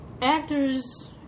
actors